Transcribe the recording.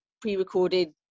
pre-recorded